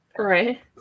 right